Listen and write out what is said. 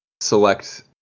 select